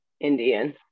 Indian